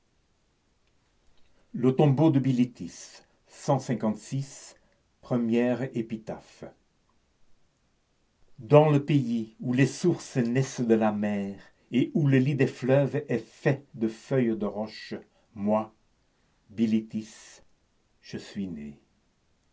le tombeau de bilitis premiere épitaphe dans le pays où les sources naissent de la mer et où le lit des fleuves est fait de feuilles de roches moi bilitis je suis née